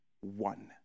one